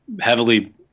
heavily